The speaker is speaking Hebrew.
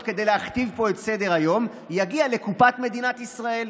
כדי להכתיב פה את סדר-היום יגיע לקופת מדינת ישראל,